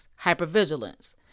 hypervigilance